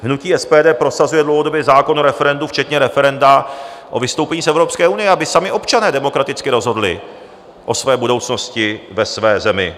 Hnutí SPD prosazuje dlouhodobě zákon o referendu včetně referenda o vystoupení z Evropské unie, aby sami občané demokraticky rozhodli o své budoucnosti ve své zemi.